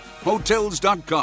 Hotels.com